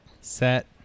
set